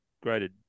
Great